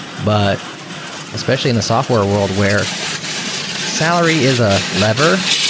but especially in the software world where salary is a lever,